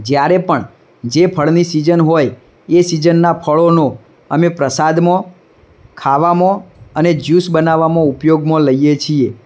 જ્યારે પણ જે ફળની સીઝન હોય એ સીઝનના ફળોનો અમે પ્રસાદમાં ખાવામાં અને જ્યુસ બનાવવામાં ઉપયોગમાં લઈએ છીએ